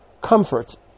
comfort